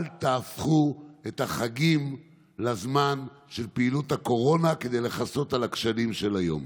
אל תהפכו את החגים לזמן של פעילות הקורונה כדי לכסות על הכשלים של היום.